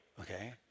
Okay